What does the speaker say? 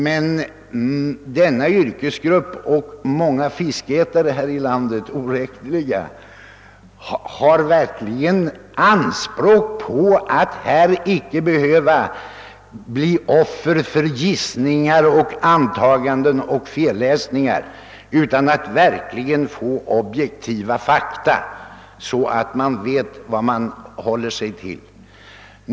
Men den yrkesgruppen och de oräkneliga fiskätarna här i landet har berättigade anspråk på att inte behöva bli offer för gissningar, antaganden och felläsningar. De vill ha objektiva fakta, så att de vet vad de skall hålla sig till.